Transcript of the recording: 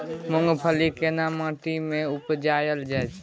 मूंगफली केना माटी में उपजायल जाय?